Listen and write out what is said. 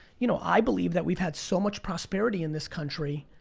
you know, i believe that we've had so much prosperity in this country,